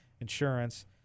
insurance